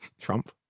Trump